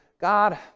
God